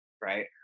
right